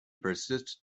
persisted